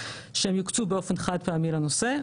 שהם יוקצו באופן חד פעמי לנושא,